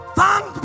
thank